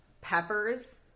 peppers